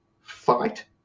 fight